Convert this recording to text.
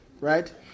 right